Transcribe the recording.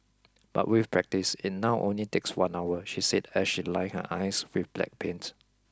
but with practice it now only takes one hour she said as she lined her eyes with black paint